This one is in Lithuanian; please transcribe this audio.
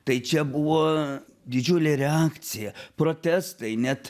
tai čia buvo didžiulė reakcija protestai net